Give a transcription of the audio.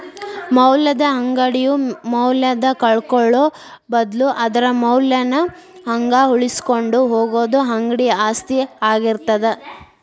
ಮೌಲ್ಯದ ಅಂಗಡಿಯು ಮೌಲ್ಯನ ಕಳ್ಕೊಳ್ಳೋ ಬದ್ಲು ಅದರ ಮೌಲ್ಯನ ಹಂಗ ಉಳಿಸಿಕೊಂಡ ಹೋಗುದ ಅಂಗಡಿ ಆಸ್ತಿ ಆಗಿರತ್ತ